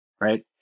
right